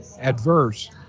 adverse